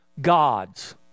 gods